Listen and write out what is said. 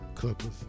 Clippers